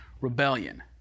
rebellion